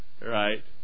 Right